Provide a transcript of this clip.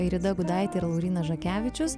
airida gudaitė ir laurynas žakevičius